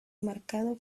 marcado